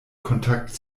kontakt